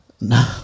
No